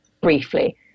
briefly